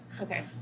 okay